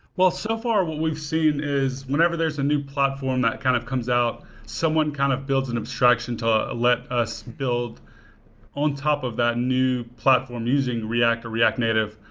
so far what we've seen is whenever there's a new platform that kind of comes out, someone kind of builds an abstraction to let us build on top of that new platform using react or react native.